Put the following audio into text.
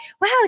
wow